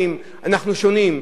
אנחנו שונים.